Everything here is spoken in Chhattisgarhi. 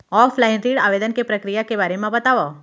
ऑफलाइन ऋण आवेदन के प्रक्रिया के बारे म बतावव?